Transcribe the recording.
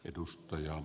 edustaja